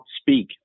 speak